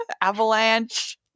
avalanche